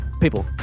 people